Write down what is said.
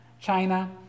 China